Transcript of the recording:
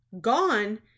Gone